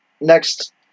next